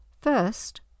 First